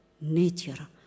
nature